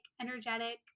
energetic